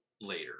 later